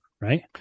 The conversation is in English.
Right